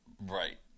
Right